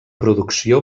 producció